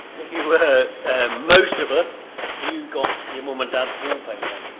if you were most of us you got your mom and dad's wallpaper.